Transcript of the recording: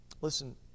Listen